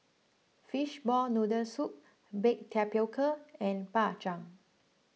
Fishball Noodle Soup Baked Tapioca and Bak Chang